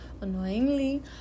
Annoyingly